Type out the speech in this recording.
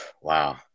Wow